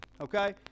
okay